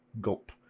Gulp